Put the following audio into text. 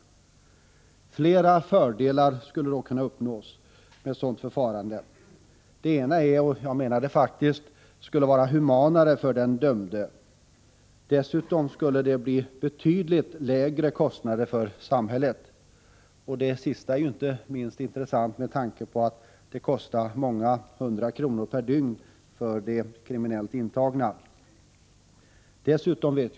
Flera fördelar skulle uppnås med ett sådant förfarande. BI. a. skulle det vara humanare för den dömde — jag menar faktiskt detta. Dessutom skulle det bli betydligt lägre kostnader för samhället. Det sista är inte minst intressant med tanke på att det kostar många hundra kronor per dygn att ha någon intagen på kriminalvårdsanstalt.